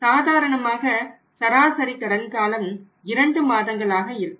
சாதாரணமாக சராசரி கடன் காலம் 2 மாதங்களாக இருக்கும்